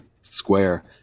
square